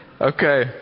Okay